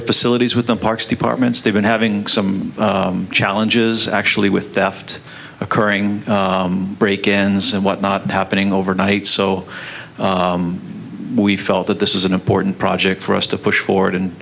of facilities with the parks departments they've been having some challenges actually with theft occurring break ins and what not happening overnight so we felt that this is an important project for us to push forward and